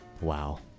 Wow